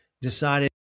decided